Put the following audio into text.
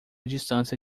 distância